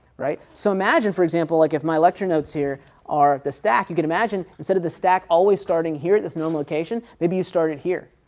so imagine for example, like if my lecture notes here are the stack. you can imagine instead of the stack always starting here at this known location, maybe you start it here,